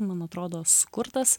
man atrodo skurdas